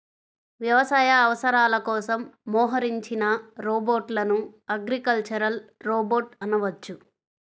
వ్యవసాయ అవసరాల కోసం మోహరించిన రోబోట్లను అగ్రికల్చరల్ రోబోట్ అనవచ్చు